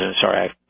sorry